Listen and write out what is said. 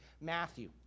Matthew